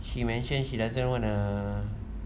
she mentioned she doesn't wanna